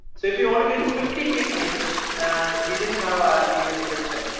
so if you want to get fifty fake names, and we didn't have rpa in the picture,